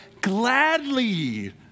gladly